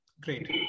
great